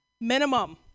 Minimum